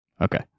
okay